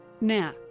Now